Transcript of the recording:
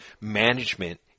management